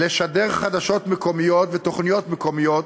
לשדר חדשות מקומיות ותוכניות מקומיות